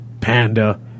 Panda